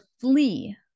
flee